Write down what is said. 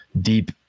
deep